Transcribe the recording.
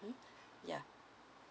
yeah